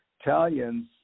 Italians